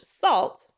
salt